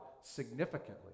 significantly